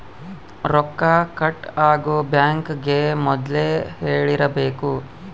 ರೊಕ್ಕ ಕಟ್ ಆಗೋ ಬ್ಯಾಂಕ್ ಗೇ ಮೊದ್ಲೇ ಹೇಳಿರಬೇಕು